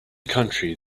country